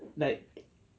like